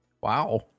Wow